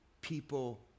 people